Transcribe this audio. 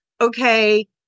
okay